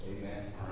Amen